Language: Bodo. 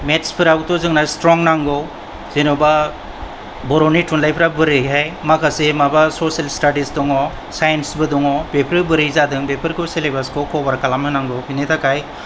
मेथ्सफोरावबोथ' जोंना स्ट्रं नांगौ जेनोबा बर'नि थुनलाइफ्रा बोरैहाय माखासे माबा सशियेल स्टाडिस दङ साइन्सबो दङ बेफोरो बोरै जादों बेफोरखौ सिलेबासखौ कवार खालामनो नांगौ बिनि थाखाय